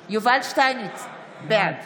שטייניץ, בעד